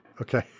Okay